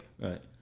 Right